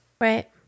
Right